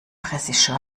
regisseur